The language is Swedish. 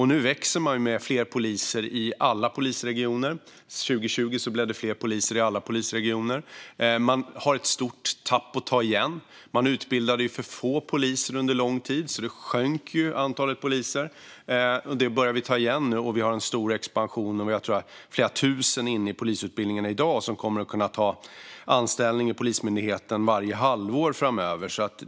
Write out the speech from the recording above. Nu växer man med fler poliser i alla polisregioner; 2020 blev det fler poliser i alla polisregioner. Man har ett stort tapp att ta igen, för man utbildade för få poliser under lång tid. Därför sjönk antalet poliser, men det börjar man ta igen nu. Man har en stor expansion, och jag tror att det är flera tusen inne i polisutbildningen i dag som kommer att kunna ta anställning i Polismyndigheten varje halvår framöver.